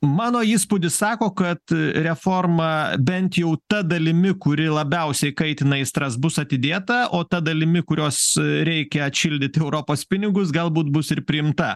mano įspūdis sako kad reforma bent jau ta dalimi kuri labiausiai kaitina aistras bus atidėta o ta dalimi kurios reikia atšildyti europos pinigus galbūt bus ir priimta